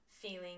feeling